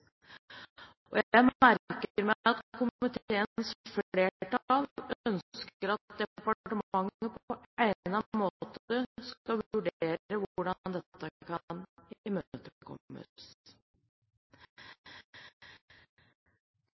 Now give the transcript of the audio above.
Jeg merker meg at komiteens flertall ønsker at departementet på egnet måte skal vurdere hvordan dette kan